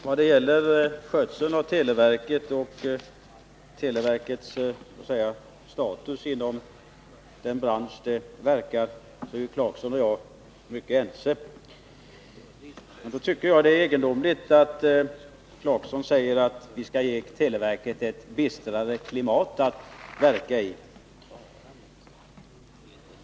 Herr talman! När det gäller skötseln av televerket och televerkets status inom den bransch där det verkar är Rolf Clarkson och jag mycket ense. Därför är det egendomligt att Rolf Clarkson säger att vi skall ge televerket ett bistrare klimat att verka i.